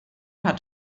hat